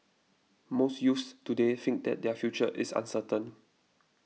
most youths today think that their future is uncertain